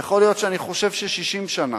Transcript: יכול להיות שאני חושב ש-60 שנה,